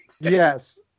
Yes